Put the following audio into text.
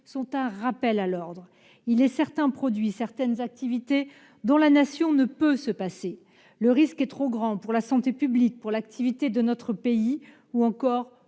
sont un rappel à l'ordre : il est certains produits, certaines activités dont la Nation ne peut se passer. Le risque est trop grand pour la santé publique, pour l'activité de notre pays ou pour